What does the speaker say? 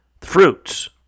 Fruits